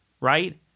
right